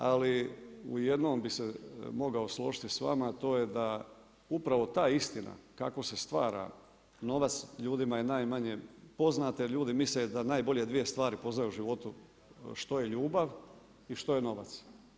Ali u jednom bi se mogao složiti s vama a to je da upravo taj isti ako se stvara novac, ljudima je najmanje poznato, ljudi misle da najbolje 2 stvari poznaju u životu, što je ljubav i što je novac.